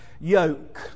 Yoke